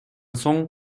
соң